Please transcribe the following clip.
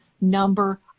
number